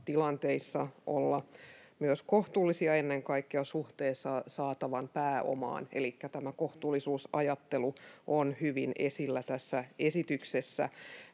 tilanteissa olla myös kohtuullisia ennen kaikkea suhteessa saatavan pääomaan, elikkä tämä kohtuullisuusajattelu on hyvin esillä tässä esityksessä.